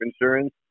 insurance